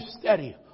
steady